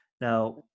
now